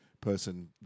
person